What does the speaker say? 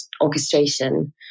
orchestration